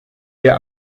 der